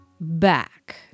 back